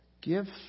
give